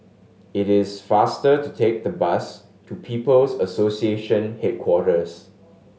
it is faster to take the bus to People's Association Headquarters